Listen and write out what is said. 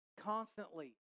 Constantly